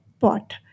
pot